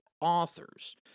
authors